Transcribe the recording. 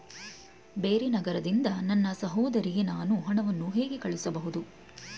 ಬೇರೆ ನಗರದಿಂದ ನನ್ನ ಸಹೋದರಿಗೆ ನಾನು ಹಣವನ್ನು ಹೇಗೆ ಕಳುಹಿಸಬಹುದು?